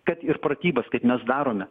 kad ir pratybas kaip mes darome